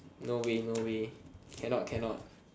no way no way cannot cannot